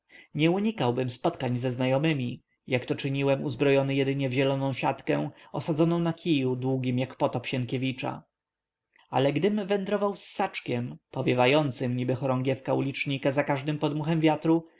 nie unikałbym spotkań ze znajomymi jak to czyniłem uzbrojony jedynie w zieloną siatkę osadzoną na kiju długim jak potop sienkiewicza ale gdym wędrował z saczkiem powiewającym niby chorągiewka ulicznika za każdym podmuchem wiatru